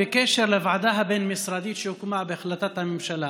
בקשר לוועדה הבין-משרדית שהוקמה בהחלטת הממשלה,